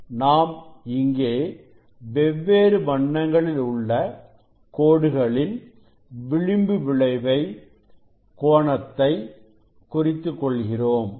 நாம் இங்கே வெவ்வேறு வண்ணங்களில் உள்ள கோடுகளின் விளிம்பு விளைவு கோணத்தை குறித்துக் கொள்கிறோம்